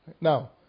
Now